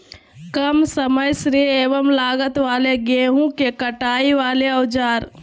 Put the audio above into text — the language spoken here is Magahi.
काम समय श्रम एवं लागत वाले गेहूं के कटाई वाले औजार?